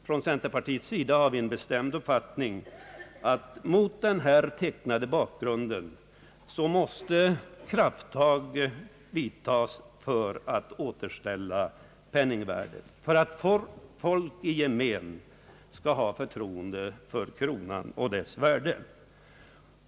Från centerpartiets sida har vi den bestämda uppfattningen att mot den här tecknade bakgrunden måste krafttag till för att återställa penningvärdet, så att folk i gemen kan ha förtroende för kronan och dess värde.